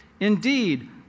Indeed